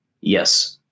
Yes